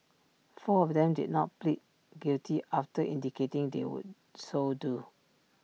four of them did not plead guilty after indicating they would so do